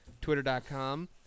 Twitter.com